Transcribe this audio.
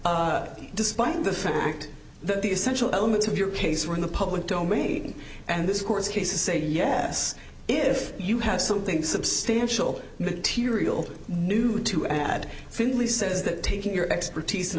take despite the fact that the essential elements of your pace are in the public domain and this course cases say yes if you have something substantial material new to add finley says that taking your expertise